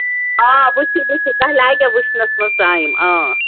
آ وُچھِو وُچھِو تۄہہِ لَگوٕ وُچھنَس منٛز ٹایم آ